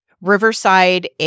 Riverside